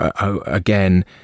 again